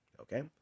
okay